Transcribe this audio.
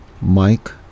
Mike